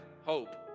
hope